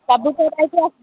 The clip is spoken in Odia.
ସବୁ ଭେରାଇଟି ଆସିଛି